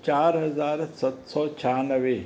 चारि हज़ार सत सौ छहानवे